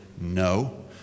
No